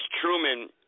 Truman